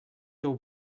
teu